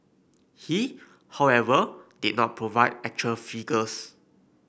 he however did not provide actual figures